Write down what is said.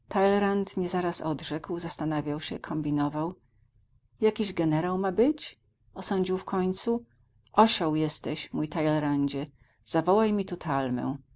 nie zaraz odrzekł zastanawiał się kombinował jakiś generał ma być osądził w końcu osioł jesteś mój taylerandzie zawołaj mi